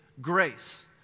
grace